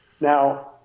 Now